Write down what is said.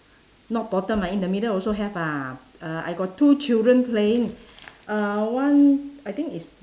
not bottom ah in the middle also have ah uh I got two children playing uh one I think is